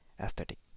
aesthetic